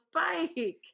Spike